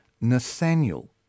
Nathaniel